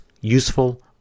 useful